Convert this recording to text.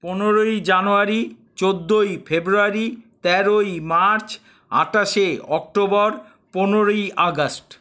পনেরোই জানুয়ারি চোদ্দোই ফেব্রুয়ারী তেরোই মার্চ আটাশে অক্টোবর পনেরোই আগাস্ট